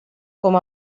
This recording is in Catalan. com